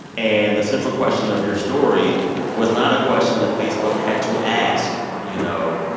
and the central question of your story was not a question that facebook had to ask, you know,